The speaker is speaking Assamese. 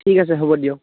ঠিক আছে হ'ব দিয়ক